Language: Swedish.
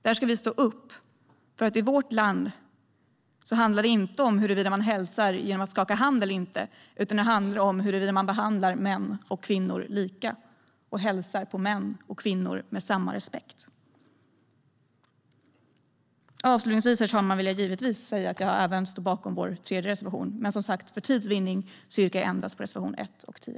Där ska vi stå upp. För i vårt land handlar det inte om huruvida man hälsar genom att skaka hand eller inte, utan det handlar om att man behandlar män och kvinnor lika och hälsar på män och kvinnor med samma respekt. Avslutningsvis, herr talman, vill jag givetvis säga att jag även står bakom vår tredje reservation. Men, som sagt, för tids vinnande yrkar jag bifall endast till reservationerna 1 och 10.